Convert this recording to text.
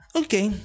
okay